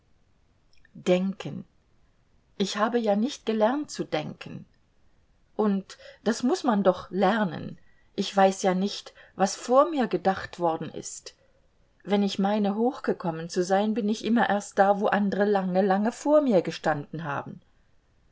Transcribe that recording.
denken ich habe ja nicht gelernt zu denken und das muß man doch lernen ich weiß ja nicht was vor mir gedacht worden ist wenn ich meine hochgekommen zu sein bin ich immer erst da wo andere lange lange vor mir gestanden haben